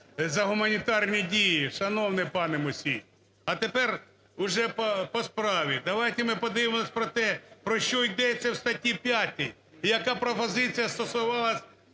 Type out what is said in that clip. за гуманітарні дії, шановний пане Мусій? А тепер вже по справі. Давайте ми подивимося про те, про що йдеться в статті 5 і яка пропозиція стосувалася